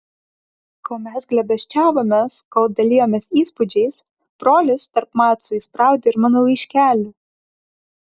kol mes glėbesčiavomės kol dalijomės įspūdžiais brolis tarp macų įspraudė ir mano laiškelį